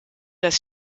das